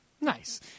Nice